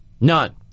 None